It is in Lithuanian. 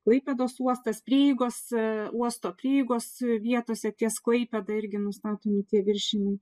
klaipėdos uostas prieigos uosto prieigos vietose ties klaipėda irgi nustatomi tie viršimai